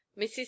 Mrs